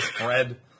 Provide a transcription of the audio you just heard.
bread